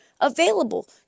available